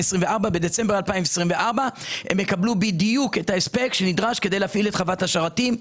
בדצמבר 2024 הם יקבלו בדיוק את ההספק שנדרש כדי להפעיל את חברת השרתים,